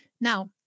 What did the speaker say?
Now